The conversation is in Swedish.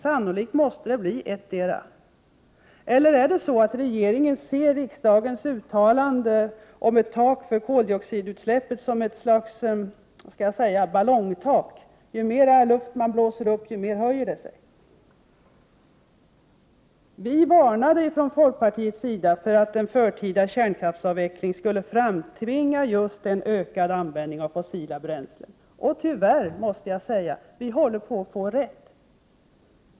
Sannolikt måste det bli ettdera. Eller är det så att regeringen ser riksdagens uttalande om ett tak för koldioxidutsläppen som ett slags ballongtak — ju mer luft man blåser upp med, desto mer höjer det sig? Vi varnade från folkpartiets sida för att en förtida kärnkraftsavveckling skulle framtvinga just en ökad användning av fossila bränslen. Och tyvärr måste jag säga att vi håller på att få rätt.